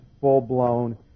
full-blown